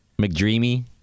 McDreamy